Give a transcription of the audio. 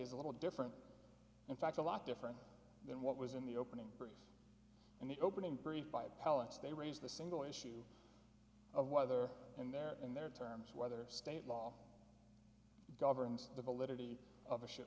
is a little different in fact a lot different than what was in the opening and the opening brief by appellants they raised the single issue of whether in their in their terms whether state law governs the validity of a shit